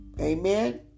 Amen